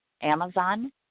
Amazon